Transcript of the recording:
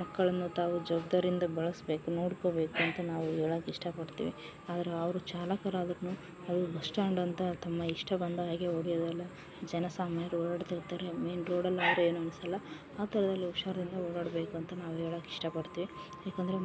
ಮಕ್ಕಳನ್ನು ತಾವು ಜವಾಬ್ದಾರಿಯಿಂದ ಬೆಳೆಸ್ಬೇಕು ನೋಡಿಕೊಬೇಕು ಅಂತ ನಾವು ಹೇಳಕ್ ಇಷ್ಟ ಪಡ್ತೀವಿ ಆದರೆ ಅವರು ಚಾಲಕರಾದ್ರೂ ಅವ್ರು ಬಸ್ಟ್ಯಾಂಡ್ ಅಂತ ತಮ್ಮ ಇಷ್ಟ ಬಂದಹಾಗೆ ಹೊಡಿಯೋದಲ್ಲ ಜನಸಾಮ್ಯಾರು ಓಡಾಡ್ತಿರ್ತರೆ ಮೇನ್ ರೋಡಲ್ಲಿ ಅವ್ರೇನು ಅನಿಸಲ್ಲ ಆ ಥರದಲ್ ಹುಷಾರಿಂದ ಓಡಾಡಬೇಕು ಅಂತ ನಾವು ಹೇಳಕ್ ಇಷ್ಟ ಪಡ್ತೀವಿ ಏಕೆಂದರೆ